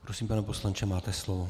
Prosím, pane poslanče, máte slovo.